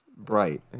Bright